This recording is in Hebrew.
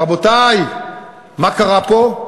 רבותי, מה קרה פה?